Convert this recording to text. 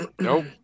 Nope